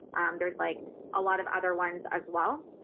um there is like a lot of other ones as well,